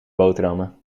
boterhammen